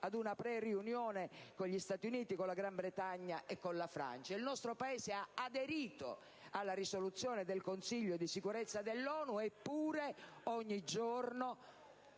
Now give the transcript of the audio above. ad una preriunione con gli Stati Uniti, con la Gran Bretagna e con la Francia. Il nostro Paese ha aderito alla risoluzione del Consiglio di sicurezza dell'ONU, eppure ogni giorno,